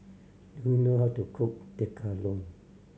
do you know how to cook Tekkadon